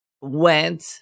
went